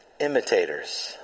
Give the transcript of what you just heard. imitators